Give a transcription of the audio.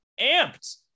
amped